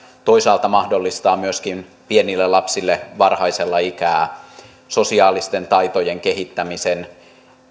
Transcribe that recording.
toisaalta mahdollistaa myöskin pienille lapsille varhaisella ikää sosiaalisten taitojen kehittämisen